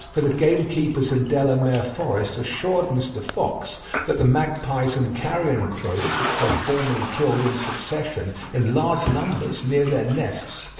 for the gamekeepers in delamere forest assured mr. fox that the magpies and carrion-crows which they formerly killed in succession in large numbers near their nests,